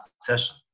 session